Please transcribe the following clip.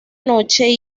noche